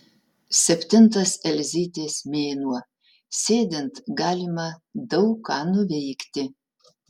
septintas elzytės mėnuo sėdint galima daug ką nuveikti